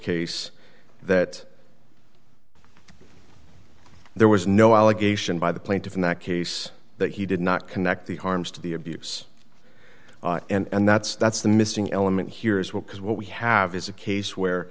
case that there was no allegation by the plaintiff in that case that he did not connect the harms to the abuse and that's that's the missing element here as well because what we have is a case where